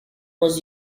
was